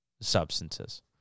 substances